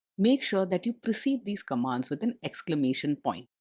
make sure that you precede these commands with an exclamation point.